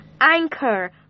anchor